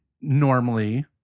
normally